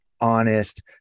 honest